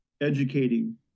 educating